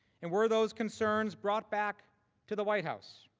and were those concerns brought back to the white house?